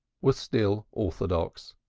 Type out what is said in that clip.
was still orthodox.